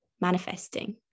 manifesting